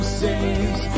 saves